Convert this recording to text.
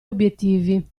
obiettivi